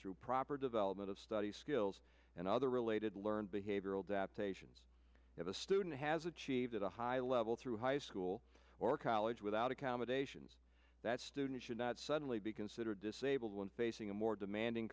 through proper development of study skills and other related learn behavioral that patients have a student has achieved at a high level through high school or college without accommodations that students should not suddenly be considered disabled when facing a more demanding